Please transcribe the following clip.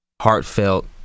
heartfelt